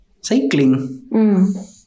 cycling